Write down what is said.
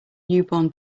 newborn